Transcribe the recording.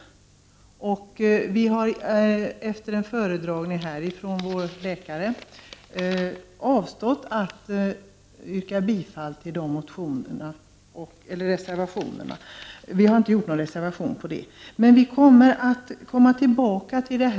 Efter en föredragning av vår läkare har vi avstått från att yrka bifall till de reservationer som handlar om detta och har inte heller lagt något eget yrkande, men vi kommer att återkomma till denna fråga.